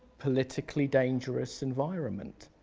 politically dangerous environment.